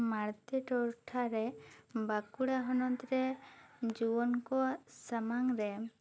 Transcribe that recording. ᱢᱟᱲᱛᱮ ᱴᱚᱴᱷᱟ ᱨᱮ ᱵᱟᱸᱠᱩᱲᱟ ᱦᱚᱱᱚᱛ ᱨᱮ ᱡᱩᱣᱟᱹᱱ ᱠᱚᱣᱟᱜ ᱥᱟᱢᱟᱝ ᱨᱮ